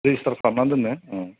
register खालामना दोन्नो औ